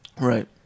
Right